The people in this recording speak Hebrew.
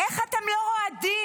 איך אתם לא רועדים?